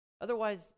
Otherwise